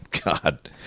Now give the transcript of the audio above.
God